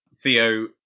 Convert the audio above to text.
Theo